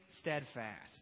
steadfast